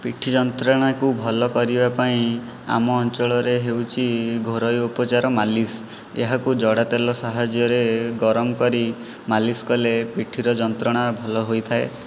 ପିଠି ଯନ୍ତ୍ରଣାକୁ ଭଲ କରିବା ପାଇଁ ଆମ ଅଞ୍ଚଳରେ ହେଉଛି ଘରୋଇ ଉପଚାର ମାଲିସ୍ ଏହାକୁ ଜଡ଼ା ତେଲ ସାହାଯ୍ୟରେ ଗରମ କରି ମାଲିସ୍ କଲେ ପିଠିର ଯନ୍ତ୍ରଣା ଭଲ ହୋଇଥାଏ